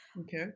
Okay